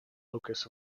locus